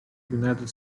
united